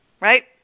right